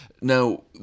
Now